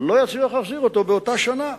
לא יצליח להחזיר אותו באותה שנה.